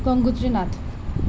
Gangotri Nath